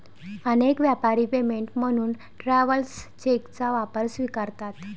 अनेक व्यापारी पेमेंट म्हणून ट्रॅव्हलर्स चेकचा वापर स्वीकारतात